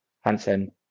Hansen